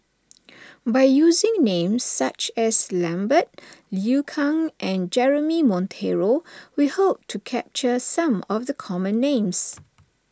by using names such as Lambert Liu Kang and Jeremy Monteiro we hope to capture some of the common names